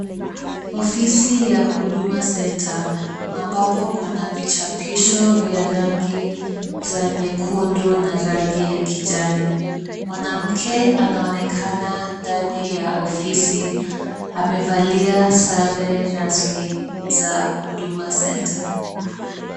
Ofisi ya huduma center ambapo kuna vichapisho vya rangi za nyekundu na rangi ya kijani. Mwanamke anaonekana ndani ya ofisi amevalia sare rasmi za Huduma Center.